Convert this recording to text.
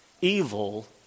evil